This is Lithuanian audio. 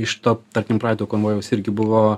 iš to tarkim praeito konvojaus irgi buvo